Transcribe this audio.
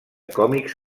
còmics